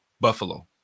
Buffalo